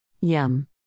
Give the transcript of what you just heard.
Yum